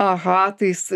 aha tai jis